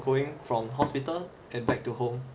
going from hospital and back to home